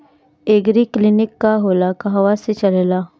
एगरी clinic का होला कहवा से चलेँला?